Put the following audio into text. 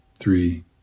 Three